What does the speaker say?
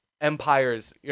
empires